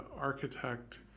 architect